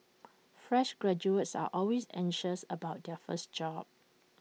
fresh graduates are always anxious about their first job